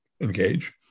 engage